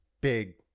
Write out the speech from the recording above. big